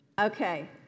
Okay